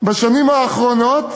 בשנים האחרונות